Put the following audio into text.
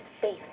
faith